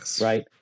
right